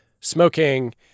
smoking